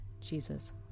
Jesus